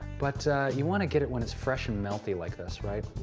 but you want to get it when it's fresh and melty like this. right?